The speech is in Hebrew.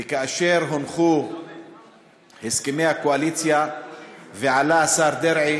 וכאשר הונחו הסכמי הקואליציה ועלה השר דרעי